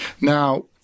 Now